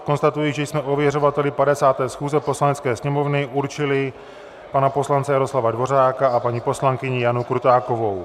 Konstatuji, že jsme ověřovateli 50. schůze Poslanecké sněmovny určili pana poslance Jaroslava Dvořáka a paní poslankyni Janu Krutákovou.